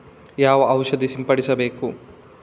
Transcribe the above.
ಯಾವ ಔಷಧ ಸಿಂಪಡಿಸಬೇಕು?